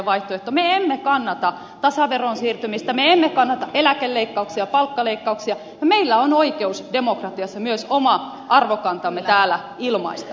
me emme kannata tasaveroon siirtymistä me emme kannata eläkeleikkauksia palkkaleikkauksia ja meillä on oikeus demokratiassa myös oma arvokantamme täällä ilmaista